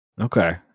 Okay